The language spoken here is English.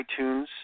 iTunes